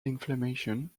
inflammation